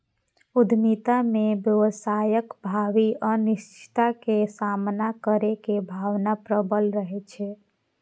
उद्यमिता मे व्यवसायक भावी अनिश्चितता के सामना करै के भावना प्रबल रहै छै